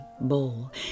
bowl